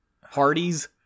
Hardy's